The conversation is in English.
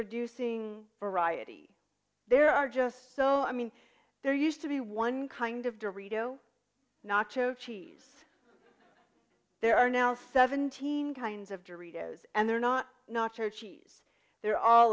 reducing variety there are just so i mean there used to be one kind of to read oh nacho cheese there are now seventeen kinds of derivatives and they're not nacho cheese there a